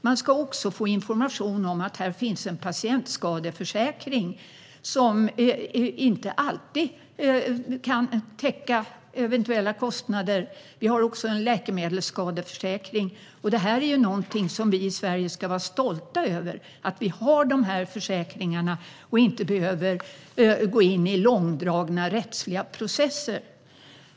Man ska också få information om att här finns en patientskadeförsäkring som inte alltid kan täcka eventuella kostnader. Vi har också en läkemedelsskadeförsäkring. Vi i Sverige ska vara stolta över att vi har de här försäkringarna och inte behöver gå in i långdragna rättsliga processer.